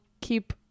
keep